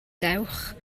dewch